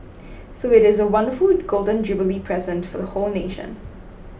so it is a wonderful Golden Jubilee present for the whole nation